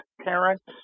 parents